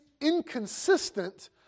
inconsistent